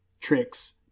tricks